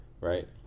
right